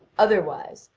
otherwise,